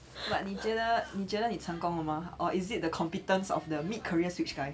but 你觉得你觉得你成功了吗 or is it the competence of the mid career switch guy